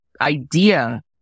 idea